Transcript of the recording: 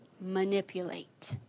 manipulate